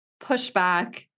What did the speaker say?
pushback